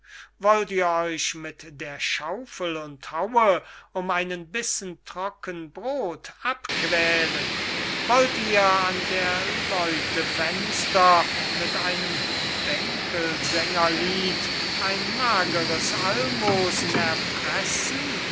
wollt ihr euch mit der schaufel und haue um einen bissen trocken brod abquälen wollt ihr an der leute fenster mit einem bänkelsänger lied ein mageres allmosen erpressen